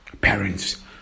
parents